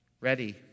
ready